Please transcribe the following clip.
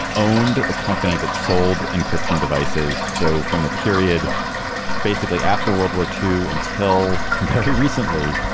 owned the company that sold encryption devices. so from the period basically after world war two until very recently,